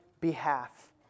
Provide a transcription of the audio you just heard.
behalf